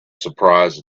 surprised